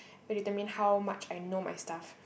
it will determine how much I know my stuff